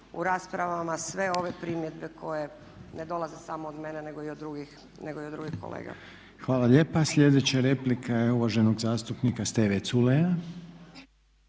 u raspravama sve ove primjedbe koje ne dolaze samo od mene nego i od drugih kolega. **Reiner, Željko (HDZ)** Hvala lijepa. Sljedeća replika je uvaženog zastupnika Steve Culeja.